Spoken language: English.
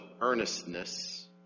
earnestness